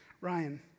Ryan